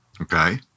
Okay